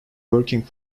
working